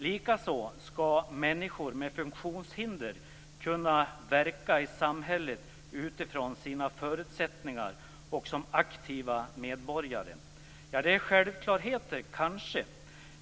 Likaså skall människor med funktionshinder kunna verka i samhället utifrån sina förutsättningar och som aktiva medborgare. Detta kanske är självklarheter.